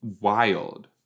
wild